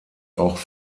auch